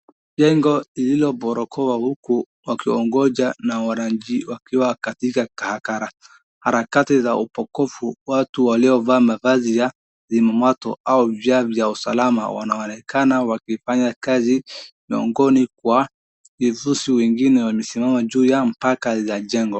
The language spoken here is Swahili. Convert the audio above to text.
Jengo lililoborokoa huku wakiongoja na warangi wakiwa katika karakara harakati za upokofu, watu waliovaa mavazi ya zimamoto au vyao vya usalama wanaonekana wakifanya kazi miongoni kwa, ikihusu wengine wakisimama juu ya mpaka ya jengo.